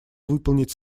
выполнить